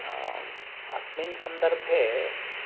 अस्मिन् सन्दर्भे